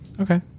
Okay